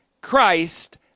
Christ